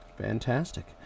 Fantastic